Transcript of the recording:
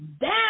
down